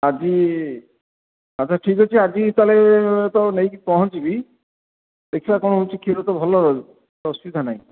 ଆଜି ଆଚ୍ଛା ଠିକ୍ ଅଛି ଆଜି ତା'ହେଲେ ତ ନେଇକି ପହଞ୍ଚିବି ଦେଖିବା କ'ଣ ହେଉଛି କ୍ଷୀର ତ ଭଲ ଅସୁବିଧା ନାହିଁ